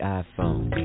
iPhone